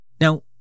Now